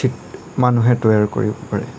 ঠিক মানুহে তৈয়াৰ কৰিব পাৰে